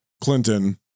Clinton